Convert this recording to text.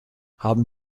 haben